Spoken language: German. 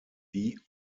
die